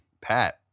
pat